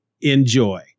Enjoy